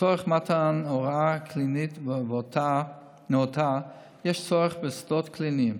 לצורך מתן הוראה קלינית נאותה יש צורך בשדות קליניים